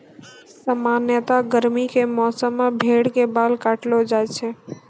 सामान्यतया गर्मी के मौसम मॅ भेड़ के बाल काटलो जाय छै